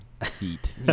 feet